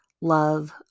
love